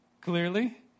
Clearly